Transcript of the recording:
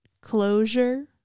closure